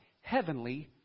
heavenly